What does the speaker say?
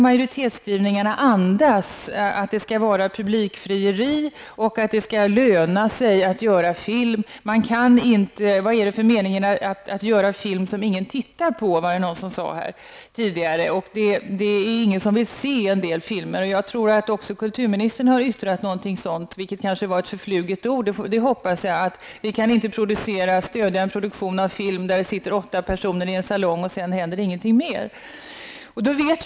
Majoritetsskrivningarna i betänkandet andas uppfattningen att det skall löna sig att göra film och att film skall vara publikfriande. Vad är det för mening med att göra film som ingen tittar på, var det någon som sade här tidigare. Det sades att det inte finns någon som vill se en del filmer. Jag tror att också kulturministern har yttrat något liknande, att vi inte kan stödja en produktion av film som ses av åtta personer i salongen och inte mer. Jag hoppas att det var förflugna ord.